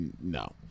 No